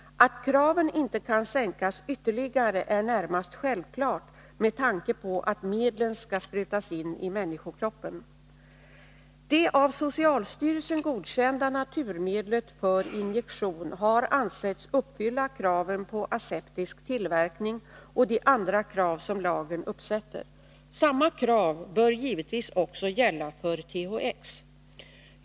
Att kraven inte kan sänkas ytterligare är närmast självklart med tanke på att medlen skall sprutas in i människokroppen. Det av socialstyrelsen godkända naturmedlet för injektion har ansetts uppfylla kraven på aseptisk tillverkning och de andra krav som lagen uppsätter. Samma krav bör givetvis också gälla för THX.